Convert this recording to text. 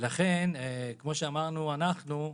כמו שאמרנו אנחנו,